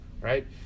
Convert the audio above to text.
right